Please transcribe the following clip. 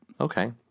Okay